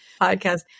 podcast